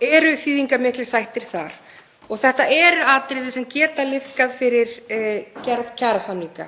eru þýðingarmiklir þættir þar og þetta eru atriði sem geta liðkað fyrir gerð kjarasamninga.